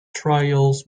trials